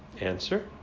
Answer